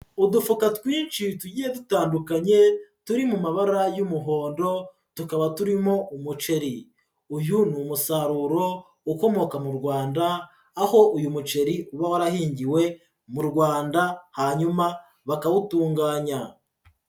Udufuka twinshi tugiye dutandukanye turi mu mabara y'umuhondo tukaba turimo umuceri, uyu ni umusaruro ukomoka mu Rwanda, aho uyu muceri uba warahingiwe mu Rwanda, hanyuma bakawutunganya.